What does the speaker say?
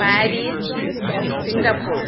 Paris Singapore